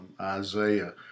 Isaiah